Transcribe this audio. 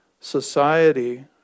society